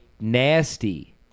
nasty